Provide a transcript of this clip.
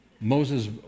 Moses